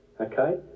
okay